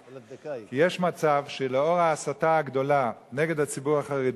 כי יש מצב שלאור ההסתה הגדולה נגד הציבור החרדי,